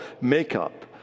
makeup